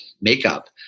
makeup